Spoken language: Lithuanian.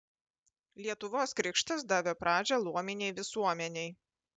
lietuvos krikštas davė pradžią luominei visuomenei